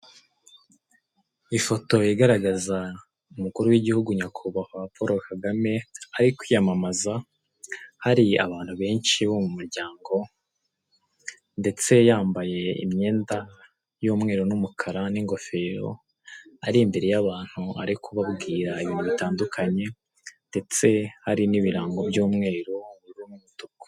Turimo turabona ibikorwaremezo nk'umuhanda, ibiyaga, ibiti n'ubwo uwareba neza atitegereje yabona wagirango ngo byakundukiye mu mazi, ariko byatewe n'ifoto bafashe bigaragaza bisa nk'aho ibi biti n'amapironi byaguye mu nyanja cyangwa mu mazi. Ariko bari bagambiriye kutwereka ibikorwa remezo nk'imihanda, n'ibiti n'ibindi.